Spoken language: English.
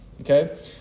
Okay